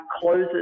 closes